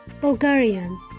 Bulgarian